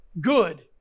good